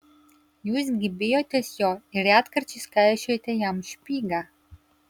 jūs gi bijotės jo ir retkarčiais kaišiojate jam špygą